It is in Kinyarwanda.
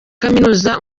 kaminuza